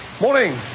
Morning